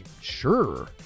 sure